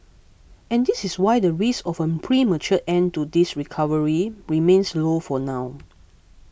and this is why the risk of a premature end to this recovery remains low for now